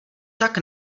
tak